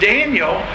Daniel